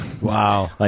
Wow